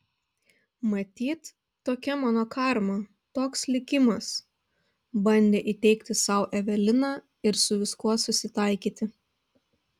matyt tokia mano karma toks likimas bandė įteigti sau evelina ir su viskuo susitaikyti